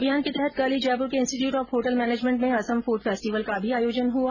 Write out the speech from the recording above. अभियान के तहत कल ही जयपुर के इंस्ट्रिट्यूट ऑफ होटल मैनेजमेंट में असम फूड फेस्टिवल का भी आयोजन किया गया